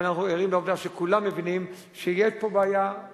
אבל אנחנו ערים לעובדה שכולם מבינים שיש פה בעיה,